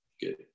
good